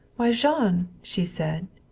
why, jean! she said.